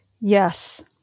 Yes